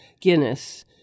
Guinness